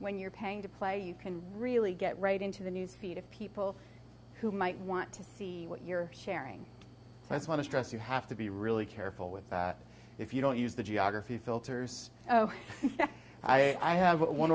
when you're paying to play you can really get right into the news feed of people who might want to see what you're sharing that's want to stress you have to be really careful with if you don't use the geography filters i have one